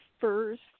first